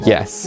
Yes